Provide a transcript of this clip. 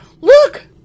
Look